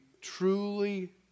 truly